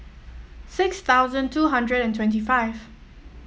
six thousand two hundred and twenty five